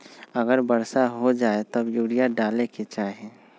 अगर वर्षा हो जाए तब यूरिया डाले के चाहि?